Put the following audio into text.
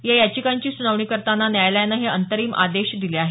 या याचिकांची सुनावणी करताना न्यायालयाने हे अंतरिम आदेश दिले आहेत